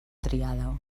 triada